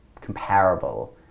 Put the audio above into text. comparable